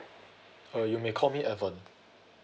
uh you may call me evan